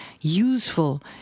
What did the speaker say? useful